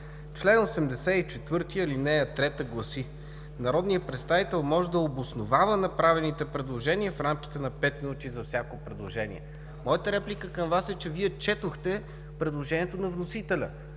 Член 84, ал. 3 гласи: „Народният представител може да обосновава на правните предложения в рамките на пет минути за всяко предложение“. Моята реплика към Вас е, че Вие четохте предложението на вносителя,